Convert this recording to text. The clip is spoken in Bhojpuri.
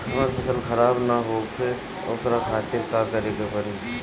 हमर फसल खराब न होखे ओकरा खातिर का करे के परी?